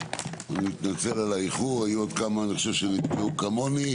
אני מתנצל על האיחור היו עוד כמה אני חושב שנתקעו כמוני,